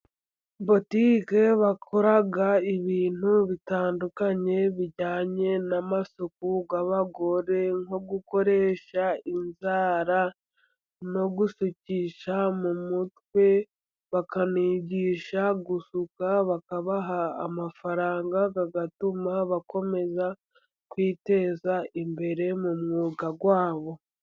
Botike bakora ibintu bitandukanye bijyanye n'amasuku y'abagore nko gukoresha inzara, no gusukisha mu mutwe, bakanigisha gusuka, bakabaha amafaranga bigatuma bakomeza kwiteza imbere mu mwuga wabo.